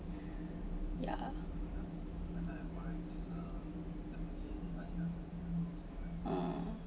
ya